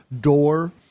door